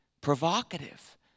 provocative